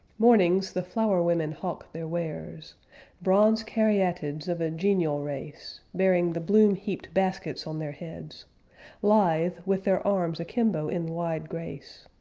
mornings, the flower-women hawk their wares bronze caryatids of a genial race, bearing the bloom-heaped baskets on their heads lithe, with their arms akimbo in wide grace,